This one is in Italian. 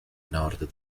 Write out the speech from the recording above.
nord